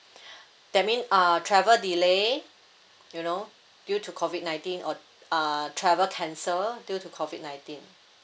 that mean uh travel delay you know due to COVID nineteen or uh travel cancel due to COVID nineteen